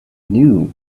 knew